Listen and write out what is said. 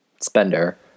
spender